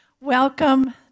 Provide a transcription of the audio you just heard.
Welcome